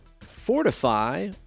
Fortify